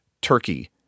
turkey